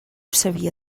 sabia